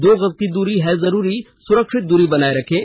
दो गज की दूरी है जरूरी सुरक्षित दूरी बनाए रखें